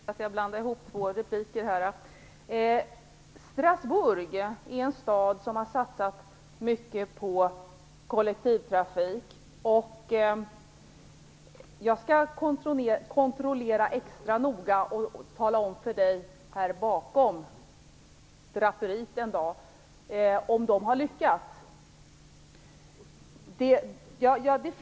Herr talman! Jag ber om ursäkt för att jag här blandade ihop två replikomgångar. I Strasbourg har man satsat mycket på kollektivtrafik. Jag skall kontrollera extra noga om man har lyckats, och i så fall tala om det för Jan Sandberg.